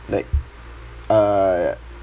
like uh